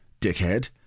dickhead